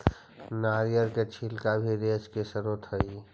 नरियर के छिलका भी रेशा के स्रोत हई